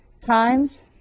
times